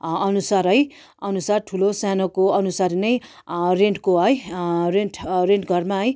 अनुसार है अनुसार ठुलो सानोको अनुसार नै रेन्टको है रेन्ट रेन्ट घरमा है